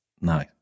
No